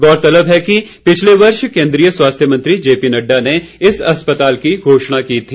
गौरतलब है कि पिछले वर्ष केंद्रीय स्वास्थ्य मंत्री जेपी नड्डा ने इस अस्पताल की घोषणा की थी